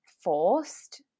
forced